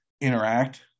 interact